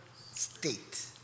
state